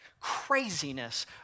craziness